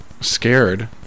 scared